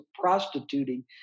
prostituting